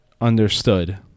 understood